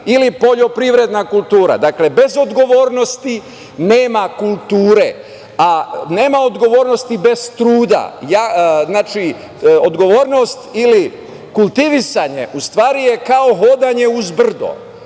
ili poljoprivredna kultura. Dakle, bez odgovornosti nema kulture, a nema odgovornosti bez truda. Znači, odgovornost ili kultivisanje u stvari je kao hodanje uz brdo.